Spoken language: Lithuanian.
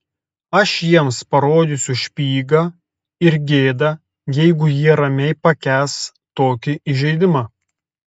aš jiems parodysiu špygą ir gėda jeigu jie ramiai pakęs tokį įžeidimą